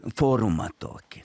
forumą tokį